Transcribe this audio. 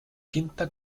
quinta